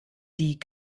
die